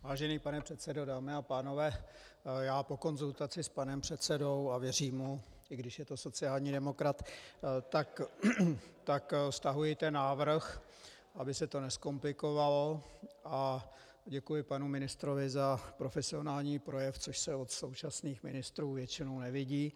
Vážený pane předsedo, dámy a pánové, po konzultaci s panem předsedou, a věřím mu, i když je to sociální demokrat, stahuji návrh, aby se to nezkomplikovalo, a děkuji panu ministrovi za profesionální projev, což se od současných ministrů většinou nevidí.